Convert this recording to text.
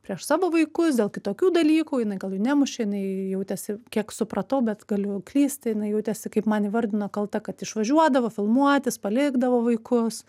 prieš savo vaikus dėl kitokių dalykų jinai gal jų nemušė jinai jautėsi kiek supratau bet galiu klysti jinai jautėsi kaip man įvardino kalta kad išvažiuodavo filmuotis palikdavo vaikus